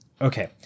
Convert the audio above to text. okay